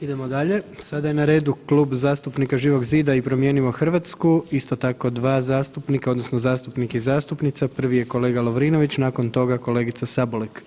Idemo dalje, sada je na redu Klub zastupnika Živog zida i Promijenimo Hrvatsku isto tako dva zastupnika odnosno zastupnik i zastupnica, prvi je kolega Lovrinović, nakon toga kolegica Sabolek.